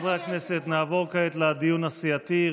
חברי הכנסת, נעבור כעת לדיון הסיעתי.